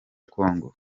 congo